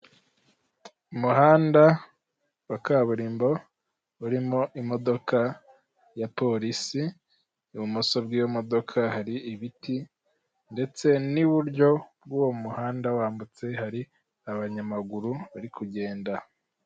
icyapa gitoya cy'umuhondo gikoze mu ishusho y'urukiramende kikaba kiriho uburyo bwifashishwa mukwishyura ibiribwa cyangwa se ibicuruzwa hakoreshejwe ikoranabuhanga rikoresha telefone